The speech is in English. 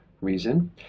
reason